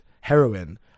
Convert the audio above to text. heroin